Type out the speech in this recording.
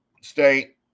State